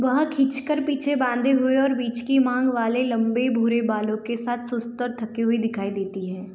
वह खींचकर पीछे बांधे हुए और बीच की मांग वाले लंबे भूरे बालों के साथ सुस्त और थकी हुई दिखाई देती है